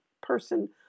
person